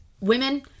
Women